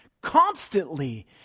constantly